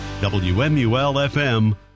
WMUL-FM